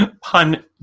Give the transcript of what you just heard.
pun